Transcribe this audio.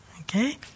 Okay